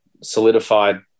solidified